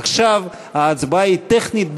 עכשיו ההצבעה היא טכנית בלבד,